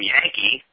Yankee